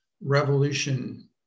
revolution